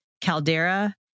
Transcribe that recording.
Caldera